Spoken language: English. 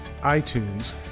iTunes